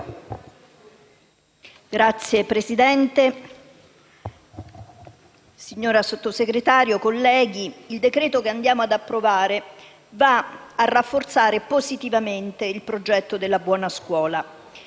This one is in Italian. Signor Presidente, signora Sottosegretario, colleghi, il decreto-legge che andiamo a convertire va a rafforzare positivamente il progetto della buona scuola